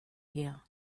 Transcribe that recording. here